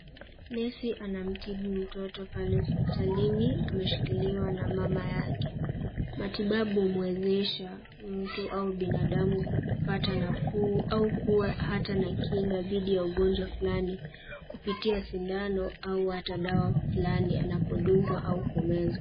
Nesi anamtibu mtoto pale hospitalini. Ameshikiliwa na mama yake. Matibabu humwezesha mtu au binadamu kupata nafuu au kuwa hata na kinga dhidi ya ugonjwa fulani kupitia sindano au hata dawa fulani anapodungwa au kumeza.